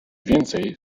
więcej